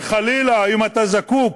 וחלילה, אם אתה זקוק